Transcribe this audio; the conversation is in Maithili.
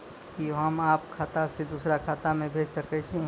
कि होम आप खाता सं दूसर खाता मे भेज सकै छी?